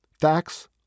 Facts